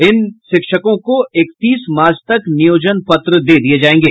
इन शिक्षकों को इकतीस मार्च तक नियोजन पत्र दे दिये जायेंगे